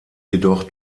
jedoch